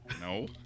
No